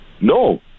No